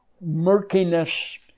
murkiness